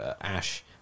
Ash